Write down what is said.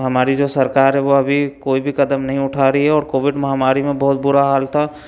हमारी जो सरकार है वह अभी कोई भी कदम नहीं उठा रही है और कोविड महामारी में बहुत बुरा हाल था